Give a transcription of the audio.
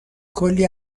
کلی